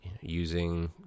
using